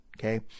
okay